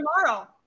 tomorrow